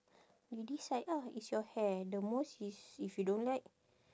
you decide ah it's your hair the most is if you don't like